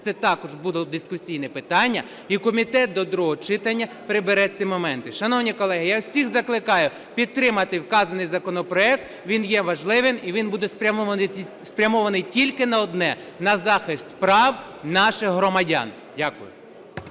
це також було дискусійне питання, і комітет до другого читання прибере ці моменти. Шановні колеги, я всіх закликаю підтримати вказаний законопроект. Він є важливим і він буде спрямований тільки на одне – на захист прав наших громадян. Дякую.